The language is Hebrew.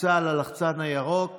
לחיצה על הלחצן הירוק